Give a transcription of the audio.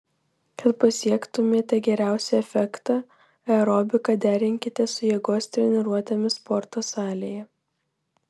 kad pasiektumėte geriausią efektą aerobiką derinkite su jėgos treniruotėmis sporto salėje